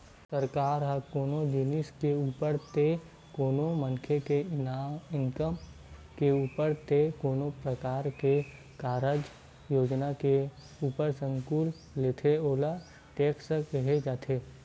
सरकार ह कोनो जिनिस के ऊपर ते कोनो मनखे के इनकम के ऊपर ते कोनो परकार के कारज योजना के ऊपर सुल्क लेथे ओला टेक्स केहे जाथे